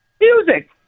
Music